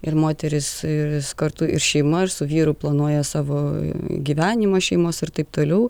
ir moteris ir kartu ir šeima ir su vyru planuoja savo gyvenimą šeimos irtaip toliau